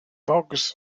bogs